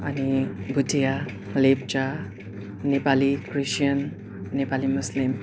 अनि भोटिया लेप्चा नेपाली क्रिस्टियन नेपाली मुस्लिम